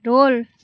roll